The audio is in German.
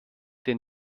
den